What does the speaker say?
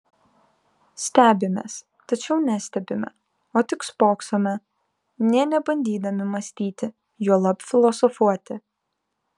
stebimės tačiau nestebime o tik spoksome nė nebandydami mąstyti juolab filosofuoti